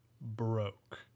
broke